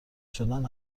شدن